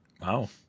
Wow